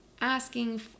asking